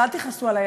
אז אל תכעסו עלי,